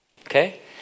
Okay